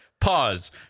Pause